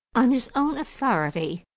on his own authority,